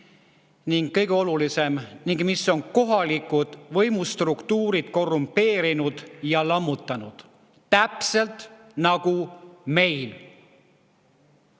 ning kõige olulisem –, mis on kohalikud võimustruktuurid korrumpeerinud ja lammutanud. Täpselt nagu meil.